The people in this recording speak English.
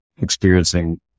experiencing